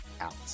out